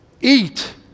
eat